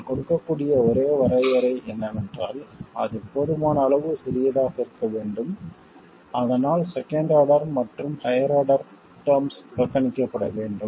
நான் கொடுக்கக்கூடிய ஒரே வரையறை என்னவென்றால் அது போதுமான அளவு சிறியதாக இருக்க வேண்டும் அதனால் செகண்ட் ஆர்டர் மற்றும் ஹையர் டெர்ம்ஸ் புறக்கணிக்கப்பட வேண்டும்